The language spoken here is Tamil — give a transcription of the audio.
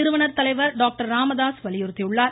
நிறுவனர் தலைவர் டாக்டர் ராமதாஸ் வலியுறுத்தி உள்ளார்